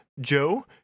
Joe